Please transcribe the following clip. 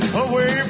away